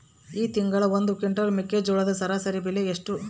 ಈ ತಿಂಗಳ ಒಂದು ಕ್ವಿಂಟಾಲ್ ಮೆಕ್ಕೆಜೋಳದ ಸರಾಸರಿ ಬೆಲೆ ಎಷ್ಟು?